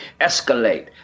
Escalate